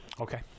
Okay